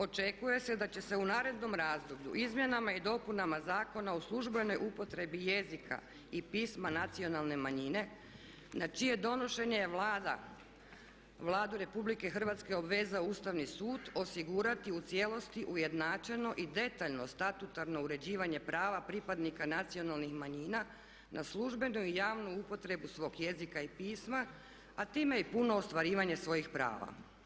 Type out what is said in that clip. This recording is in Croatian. Očekuje se da će se u narednom razdoblju Izmjenama i dopunama Zakona o službenoj upotrebi jezika i pisma nacionalne manjine na čije donošenje je Vladu Republike Hrvatske obvezao Ustavni sud osigurati u cijelosti ujednačeno i detaljno statutarno uređivanje prava pripadnika nacionalnih manjina na službenu i javnu upotrebu svog jezika a time i puno ostvarivanja svojih prava.